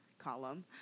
column